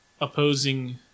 opposing